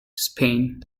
spain